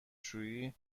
شویی